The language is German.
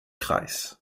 kreis